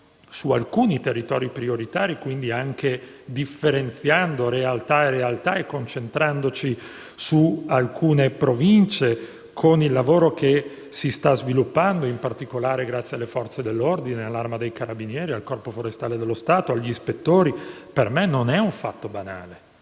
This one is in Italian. su alcuni territori prioritari, anche differenziando tra realtà e realtà e concentrandoci su alcune province, con il lavoro che si sta sviluppando in particolare grazie alle Forze dell'ordine, all'Arma dei carabinieri, al Corpo forestale dello Stato e agli ispettori. Per me non è un fatto banale